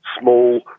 small